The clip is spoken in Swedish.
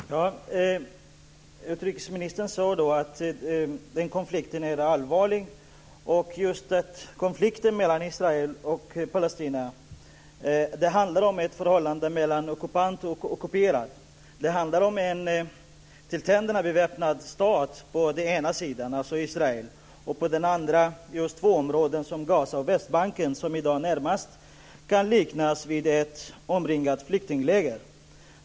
Fru talman! Utrikesministern sade att den här konflikten mellan Israel och palestinierna är allvarlig. Det handlar om ett förhållande mellan ockupant och ockuperad. Det handlar på den ena sidan om en till tänderna beväpnad stat, Israel, och på den andra om två områden, Gaza och Västbanken, som i dag närmast kan liknas vid ett omringat flyktingläger.